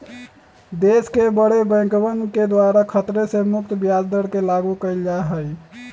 देश के बडे बैंकवन के द्वारा खतरे से मुक्त ब्याज दर के लागू कइल जा हई